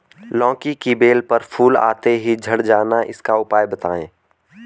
लौकी की बेल पर फूल आते ही झड़ जाना इसका उपाय बताएं?